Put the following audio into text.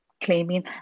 claiming